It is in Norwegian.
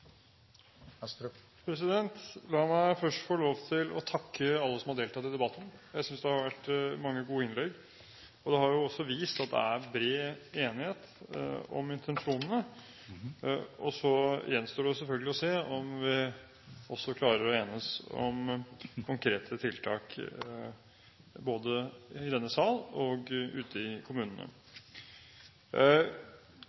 La meg først få lov til å takke alle som har deltatt i debatten. Jeg synes det har vært mange gode innlegg, og det har vist at det er bred enighet om intensjonene. Så gjenstår det jo selvfølgelig å se om vi også klarer å enes om konkrete tiltak, både i denne sal og ute i kommunene.